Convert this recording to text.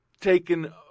Taken